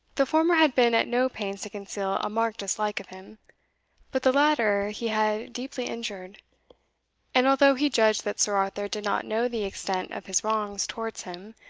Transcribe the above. the former had been at no pains to conceal a marked dislike of him but the latter he had deeply injured and although he judged that sir arthur did not know the extent of his wrongs towards him,